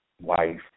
wife